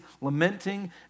lamenting